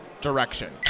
direction